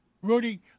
Rudy